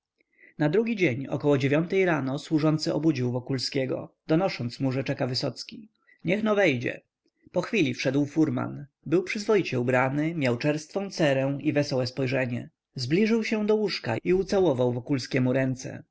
na drugi dzień około dziewiątej rano służący obudził wokulskiego donosząc mu że czeka wysocki niech-no wejdzie po chwili wszedł furman był przyzwoicie ubrany miał czerstwą cerę i wesołe spojrzenie zbliżył się do łóżka i ucałował wokulskiemu ręce